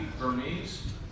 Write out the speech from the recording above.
Burmese